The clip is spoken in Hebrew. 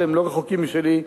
שהם לא רחוקים משלי,